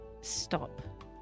Stop